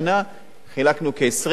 חילקנו כ-20 מיליון שקלים,